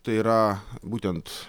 tai yra būtent